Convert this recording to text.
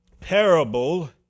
parable